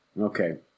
Okay